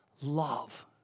love